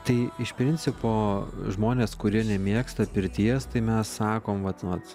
tai iš principo žmonės kurie nemėgsta pirties tai mes sakom vat vat